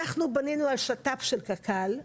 אנחנו בנינו על שת"פ של קק"ל.